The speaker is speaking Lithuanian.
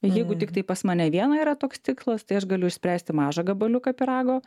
jeigu tiktai pas mane vieną yra toks tikslas tai aš galiu išspręsti mažą gabaliuką pyrago